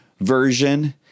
version